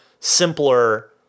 simpler